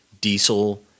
diesel